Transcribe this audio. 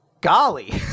golly